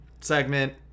segment